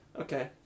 Okay